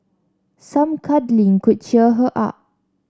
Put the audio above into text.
some cuddling could cheer her up